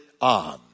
on